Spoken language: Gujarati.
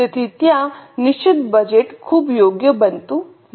તેથી ત્યાં નિશ્ચિત બજેટ ખૂબ યોગ્ય બનતું નથી